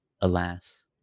alas